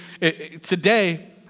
today